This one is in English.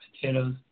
potatoes